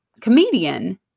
comedian